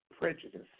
prejudice